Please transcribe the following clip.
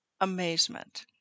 amazement